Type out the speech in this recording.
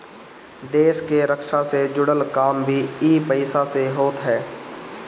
देस के रक्षा से जुड़ल काम भी इ पईसा से होत हअ